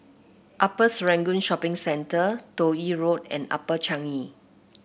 Upper Serangoon Shopping Centre Toh Yi Road and Upper Changi